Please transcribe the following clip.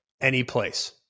anyplace